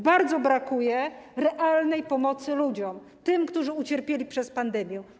Bardzo brakuje realnej pomocy ludziom, tym, którzy ucierpieli przez pandemię.